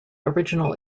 original